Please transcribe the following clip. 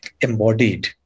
embodied